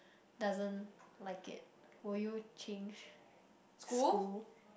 doesn't like it will you change school